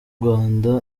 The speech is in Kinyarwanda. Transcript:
rwanda